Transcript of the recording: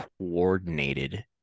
coordinated